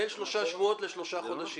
בין שלושה שבועות לשלושה חודשים.